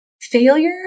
Failure